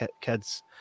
kids